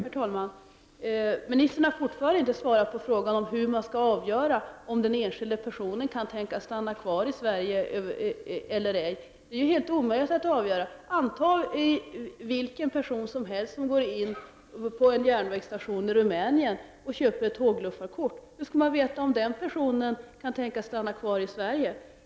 Herr talman! Ministern har fortfarande inte svarat på frågan om hur man skall avgöra om den enskilda personen kan tänkas stanna kvar i Sverige eller ej. Det är ju helt enkelt omöjligt att avgöra! Ta som exempel vilken person som helst som går in på en järnvägsstation i Rumänien och köper ett s.k. tågluffarkort. Hur skall man veta om den personen kan tänkas stanna kvar i Sverige?